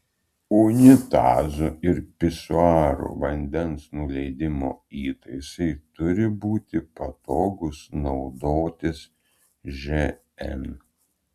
unitazų ir pisuarų vandens nuleidimo įtaisai turi būti patogūs naudotis žn